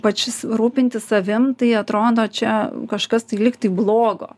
pačius rūpintis savim tai atrodo čia kažkas tai lygtai blogo